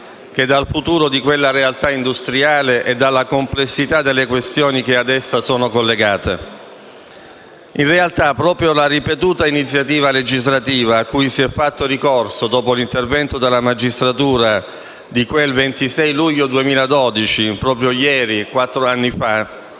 che dal futuro di quella realtà industriale e dalla complessità delle questioni che ad essa sono collegate. In realtà, proprio la ripetuta iniziativa legislativa cui si è fatto ricorso dopo l'intervento della magistratura di quel 26 luglio 2012 (proprio ieri quattro anni fa)